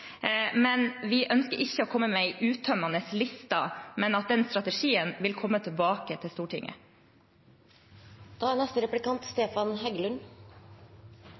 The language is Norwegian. Vi ønsker likevel ikke å komme med en uttømmende liste, men at den strategien skal komme tilbake til Stortinget.